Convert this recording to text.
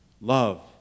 Love